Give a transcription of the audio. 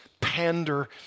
pander